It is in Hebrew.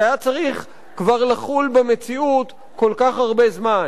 שהיה צריך כבר לחול במציאות כל כך הרבה זמן.